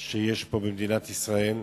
שיש פה במדינת ישראל.